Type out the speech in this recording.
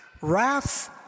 Wrath